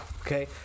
Okay